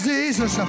Jesus